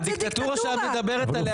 הדיקטטורה שאת מדברת עליה,